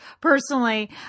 personally